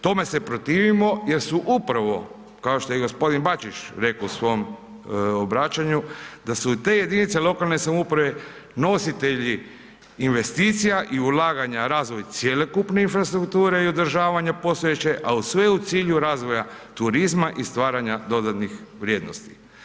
Tome se protivimo jer su upravo, kao što je i gospodin Bačić rekao u svom obraćanju da se te jedinice lokalne samouprave nositelji investicija i ulaganja i razvoj cjelokupne infrastrukture i održavanja postojeće, a sve u cilju razvoja turizma i stvaranja dodanih vrijednosti.